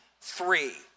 three